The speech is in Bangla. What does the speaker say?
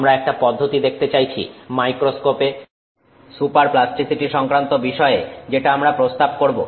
আমরা একটা পদ্ধতি দেখতে চাইছি মাইক্রোস্কোপে সুপারপ্লাস্টিসিটি সংক্রান্ত বিষয়ে যেটা আমরা প্রস্তাব করবো